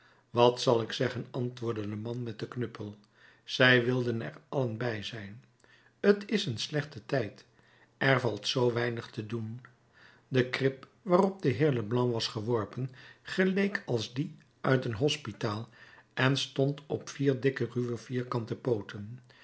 wat zal ik zeggen antwoordde de man met den knuppel zij wilden er allen bij zijn t is een slechte tijd er valt zoo weinig te doen de krib waarop de heer leblanc was geworpen geleek als die uit een hospitaal en stond op vier dikke ruwe vierkante pooten